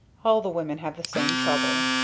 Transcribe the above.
all the women have the same trouble.